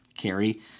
carry